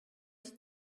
die